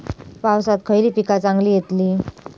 पावसात खयली पीका चांगली येतली?